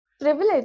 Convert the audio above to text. Privilege